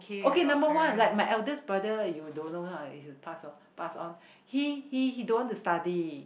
okay number one like my eldest brother you don't know ah he's a pass of pass on he he don't want to study